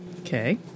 Okay